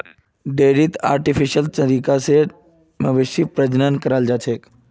डेयरीत आर्टिफिशियल तरीका स मवेशी प्रजनन कराल जाछेक